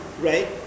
right